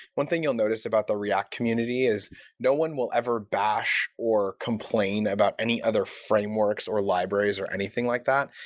one thing you'll notice about the react community is no one will ever bash or complain about any other frameworks or libraries or anything like that.